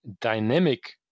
dynamic